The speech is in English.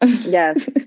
Yes